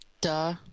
Duh